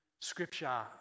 scripture